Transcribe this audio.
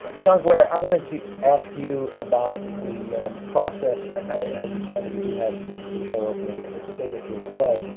john guare, i wanted to ask you about the process i understand that you do have the show opening at the signature, the play.